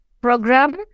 program